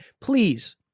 Please